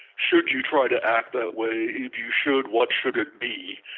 should you try to act that way? if you should, what should it be?